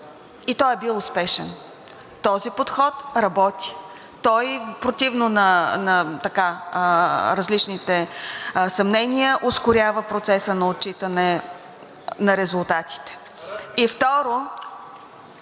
и той е бил успешен. Този подход работи. Той – противно на различните съмнения, ускорява процеса на отчитане на резултатите. И второ,